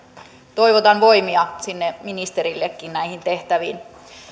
toivotan voimia sinne ministerillekin näihin tehtäviin